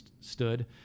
stood